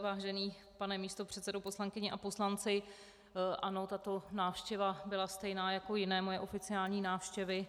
Vážený pane místopředsedo, poslankyně a poslanci, ano, tato návštěva byla stejná jako jiné moje oficiální návštěvy.